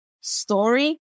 story